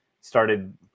started